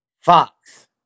Fox